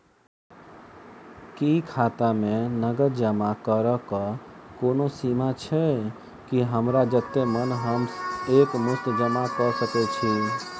की खाता मे नगद जमा करऽ कऽ कोनो सीमा छई, की हमरा जत्ते मन हम एक मुस्त जमा कऽ सकय छी?